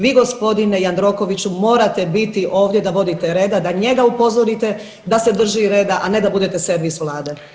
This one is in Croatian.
Vi gospodine Jandrokoviću morate biti ovdje da vodite reda, da njega upozorite da se drži reda, a ne da budete servis Vlade.